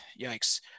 yikes